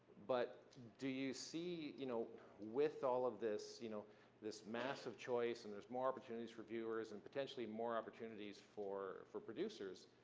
but do you see, you know with all of this you know this mass of choice, and there's more opportunities for viewers, and potentially more opportunities for for producers,